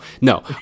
No